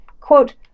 Quote